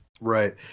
Right